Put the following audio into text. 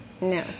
No